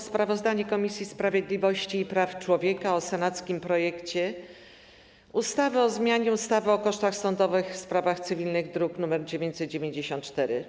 Sprawozdanie Komisji Sprawiedliwości i Praw Człowieka o senackim projekcie ustawy o zmianie ustawy o kosztach sądowych w sprawach cywilnych, druk nr 994.